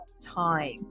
time